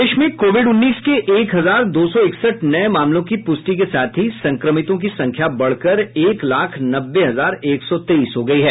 प्रदेश में कोविड उन्नीस के एक हजार दो सौ इकसठ नए मामलों की पुष्टि के साथ ही संक्रमितों की संख्या बढ़कर एक लाख नब्बे हजार एक सौ तेईस हो गई है